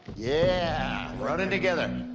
yeah, running together.